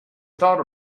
thought